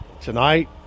Tonight